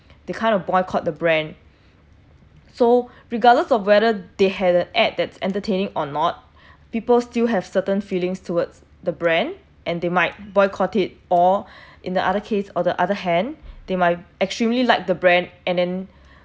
they kind of boycott the brand so regardless of whether they had an ad that's entertaining or not people still have certain feelings towards the brand and they might boycott it or in the other case or the other hand they might extremely like the brand and then